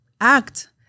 act